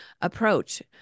approach